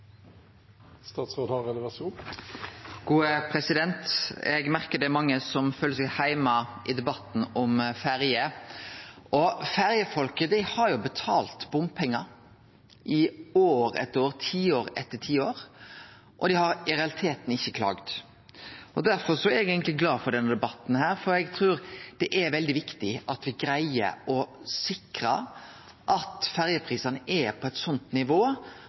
mange som føler seg heime i debatten om ferjer. Ferjefolket har betalt bompengar i tiår etter tiår, og dei har i realiteten ikkje klaga. Derfor er eg eigentleg glad for denne debatten, for eg trur det er veldig viktig at me greier å sikre at ferjeprisane er på eit nivå